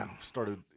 started